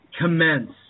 commence